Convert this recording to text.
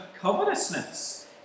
covetousness